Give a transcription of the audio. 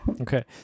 okay